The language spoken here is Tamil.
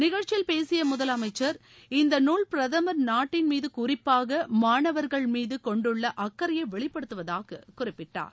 நிகழ்ச்சியில் பேசிய முதலமைச்சர் இந்த நூல் பிரதமர் நாட்டின் மீது குறிப்பாக மாணவர்கள் மீது கொண்டுள்ள அக்கறையை வெளிப்படுத்துவதாக குறிப்பிட்டார்